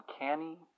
uncanny